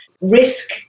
risk